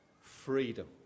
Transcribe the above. freedom